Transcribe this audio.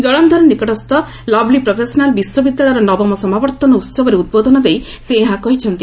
ଜଳନ୍ଧର ନିକଟସ୍ଥ ଲବଲି ପ୍ରଫେସନାଲ ବିଶ୍ୱବିଦ୍ୟାଳୟର ନବମ ସମାବର୍ତ୍ତନ ଉହବରେ ଉଦ୍ବୋଧନ ଦେଇ ସେ ଏହା କହିଛନ୍ତି